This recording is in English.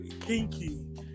kinky